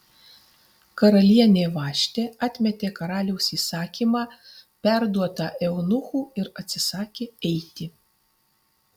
karalienė vaštė atmetė karaliaus įsakymą perduotą eunuchų ir atsisakė eiti